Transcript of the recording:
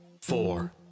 four